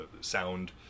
sound